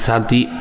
Santi